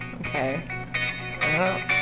Okay